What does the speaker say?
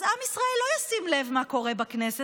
אז עם ישראל לא ישים לב מה קורה בכנסת,